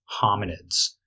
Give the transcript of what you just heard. hominids